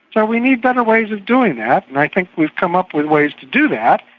so we need better ways of doing that, and i think we've come up with ways to do that,